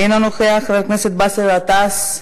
אינו נוכח, חברת הכנסת שלי יחימוביץ,